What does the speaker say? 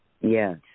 Yes